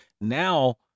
now